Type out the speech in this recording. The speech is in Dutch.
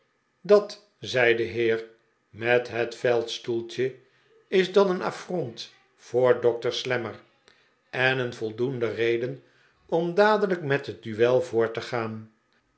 dat zei de heer met het veldstoeltje is dan een affront voor dokter slammer en een voldoende reden om dadelijk met het duel voort te gaan